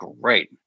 great